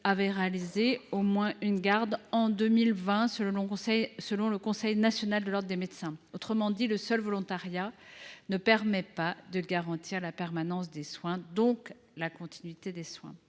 avaient réalisé au minimum une garde en 2020, selon le Conseil national de l’ordre des médecins. Autrement dit, le seul volontariat ne permet pas de garantir la permanence, donc la continuité des soins.